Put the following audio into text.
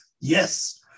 Yes